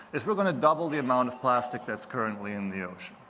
is we're gonna double the amount of plastic that's currently in the ocean,